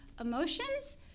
Emotions